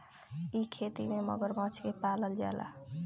इ खेती में मगरमच्छ के पालल जाला